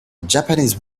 japanese